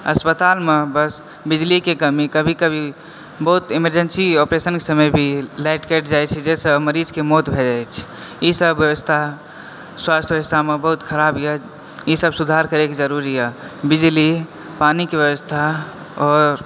अस्पतालमे बिजली के कमी कभी कभी बहुत इमरजेंसी ओपरेशन के समय भी लाइट कटि जाइ छै जाहिसॅं मरीजके मौत भय जाइ छै ई सब व्यवस्था स्वास्थ व्यवस्थामे बहुत खराब यऽ ई सब सुधार करै के जरुरी यऽ बिजली पानीके व्यवस्था आओर